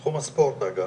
בתחום הספורט אגב,